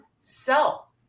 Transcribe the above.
sell